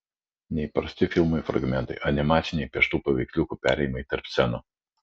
neįprasti filmui fragmentai animaciniai pieštų paveiksliukų perėjimai tarp scenų